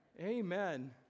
Amen